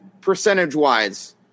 percentage-wise